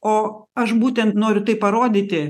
o aš būtent noriu tai parodyti